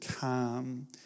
calm